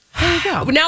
Now